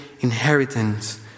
inheritance